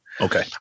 Okay